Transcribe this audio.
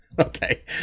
Okay